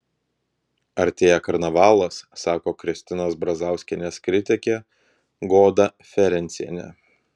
artėja karnavalas sako kristinos brazauskienės kritikė goda ferencienė